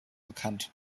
bekannt